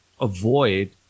avoid